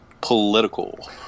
political